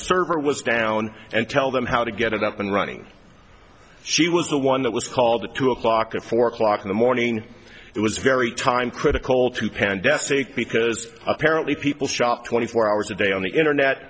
server was down and tell them how to get it up and running she was the one that was called the two o'clock to four o'clock in the morning it was very time critical to pan death sake because apparently people shop twenty four hours a day on the internet